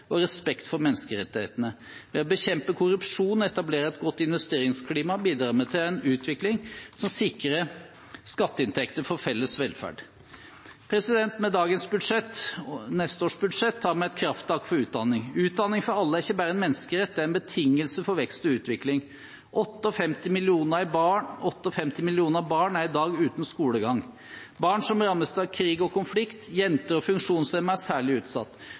og respekt for menneskerettighetene. Ved å bekjempe korrupsjon og etablere et godt investeringsklima bidrar vi til en utvikling som sikrer skatteinntekter til felles velferd. Med budsjettet for neste år tar vi et krafttak for utdanning. Utdanning for alle er ikke bare en menneskerett, det er en betingelse for vekst og utvikling. 58 millioner barn er i dag uten skolegang. Barn som rammes av krig og konflikt, jenter og funksjonshemmede er særlig utsatt,